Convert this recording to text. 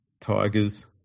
Tigers